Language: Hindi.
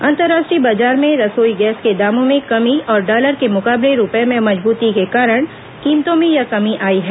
अंतर्राष्ट्रीय बाजार में रसोई गैस के दामों में कमी और डॉलर के मुकाबले रुपये में मजबूती के कारण कीमतों में यह कमी आई है